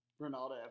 Ronaldo